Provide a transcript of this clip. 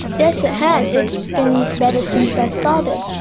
yes, it has, it's been better since i started.